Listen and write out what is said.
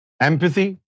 Empathy